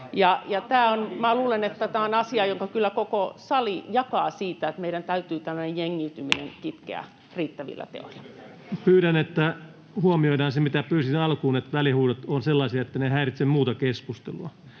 luulen, että tämä on asia, jonka kyllä koko sali jakaa, että meidän täytyy tämmöinen jengiytyminen kitkeä riittävillä teoilla. Pyydän, että huomioidaan se, mitä pyysin alkuun, että välihuudot on sellaisia, etteivät ne häiritse muuta keskustelua.